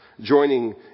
joining